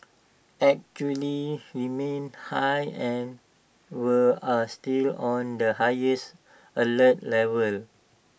remains high and we are still on the highest alert level